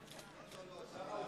התקבלה.